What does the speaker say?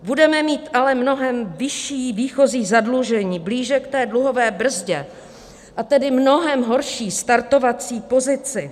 Budeme mít ale mnohem vyšší výchozí zadlužení, blíže k té dluhové brzdě, a tedy mnohem horší startovací pozici.